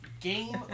Game